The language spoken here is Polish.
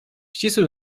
ścisłym